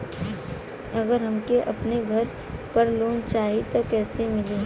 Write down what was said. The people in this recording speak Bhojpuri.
अगर हमके अपने घर पर लोंन चाहीत कईसे मिली?